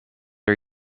are